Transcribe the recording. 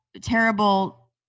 terrible